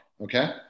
okay